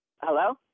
Hello